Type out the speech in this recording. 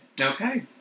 Okay